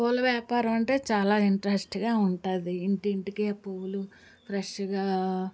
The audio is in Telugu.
పూల వ్యాపారమంటే చాలా ఇంట్రెస్ట్గా ఉంటుంది ఇంటింటికి పువ్వులు ఫ్రెష్షుగా